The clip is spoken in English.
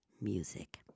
music